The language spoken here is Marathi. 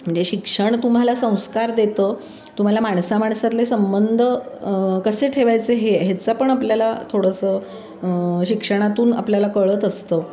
म्हणजे शिक्षण तुम्हाला संस्कार देतं तुम्हाला माणसामाणसातले संबंध कसे ठेवायचं ह्याचं पण आपल्याला थोडंसं शिक्षणातून आपल्याला कळत असतं